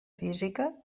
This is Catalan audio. física